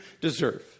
deserve